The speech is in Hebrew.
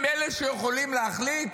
הם אלה שיכולים להחליט?